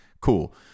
cool